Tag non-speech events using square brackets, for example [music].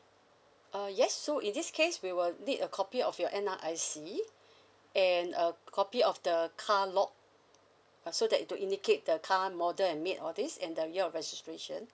uh yes so in this case we will need a copy of your N_R_I_C [breath] and a copy of the car log uh so that need to indicate the car model and make and all this and the year of registration